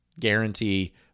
Guarantee